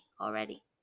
already